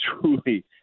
truly –